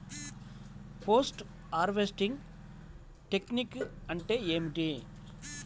Post harvesting technique అంటే ఏమిటీ?